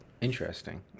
Interesting